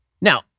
Now